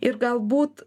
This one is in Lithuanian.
ir galbūt